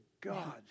God